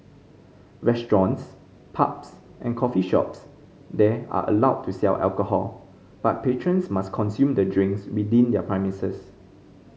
restaurants pubs and coffee shops there are allowed to sell alcohol but patrons must consume the drinks within their premises